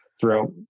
Throughout